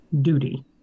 duty